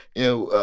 you know,